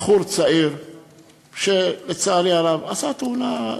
בחור צעיר שלצערי הרב עשה תאונה,